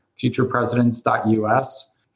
futurepresidents.us